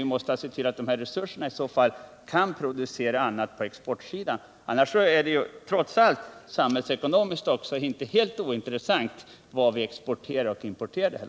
Vi måste se till att våra egna resurser kan användas till produktion för export, Och samhälls2konomiskt är det inte ointressant hur mycket vi exporterar och importerar.